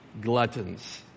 gluttons